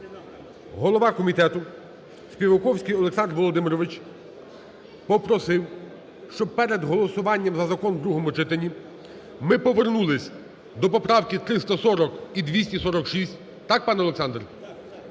голова комітету Співаковський Олександр Володимирович попросив, щоб перед голосуванням за закон в другому читанні ми повернулися до поправки 340 і 246. Так, пане Олександр?